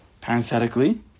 Parenthetically